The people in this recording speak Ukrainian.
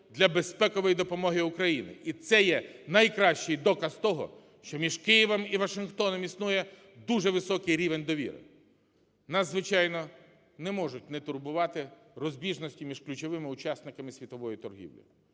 для безпекової допомоги Україні. І це є найкращий доказ того, що між Києвом і Вашингтоном існує дуже високий рівень довіри. Нас, звичайно, не можуть не турбувати розбіжності між ключовими учасниками світової торгівлі.